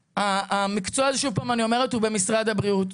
המקצוע הזה שוב אני אומרת, הוא במשרד הבריאות.